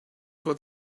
for